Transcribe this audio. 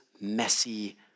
messy